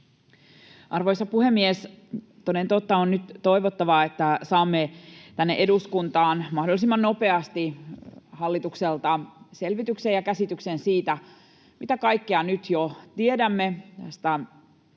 Arvoisa puhemies! Toden totta on nyt toivottavaa, että saamme tänne eduskuntaan mahdollisimman nopeasti hallitukselta selvityksen ja käsityksen siitä, mitä kaikkea nyt jo tiedämme tästä